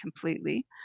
completely